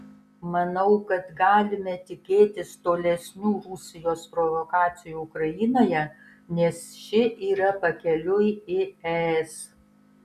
manau kad galime tikėtis tolesnių rusijos provokacijų ukrainoje nes ši yra pakeliui į es